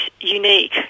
unique